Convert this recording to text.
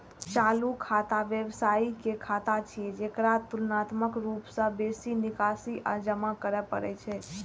चालू खाता व्यवसायी के खाता छियै, जेकरा तुलनात्मक रूप सं बेसी निकासी आ जमा करै पड़ै छै